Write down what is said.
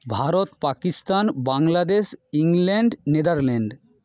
Bharat Pakistan Bangladesh England Netherland